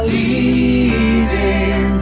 leaving